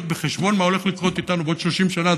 בחשבון מה הולך לקרות איתנו בעוד 30 שנה,